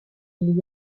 îles